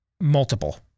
Multiple